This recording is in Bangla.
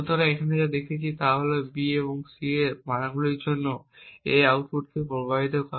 সুতরাং আমরা এখানে যা দেখছি তা হল B এবং C এর কিছু মানগুলির জন্য A আউটপুটকে প্রভাবিত করে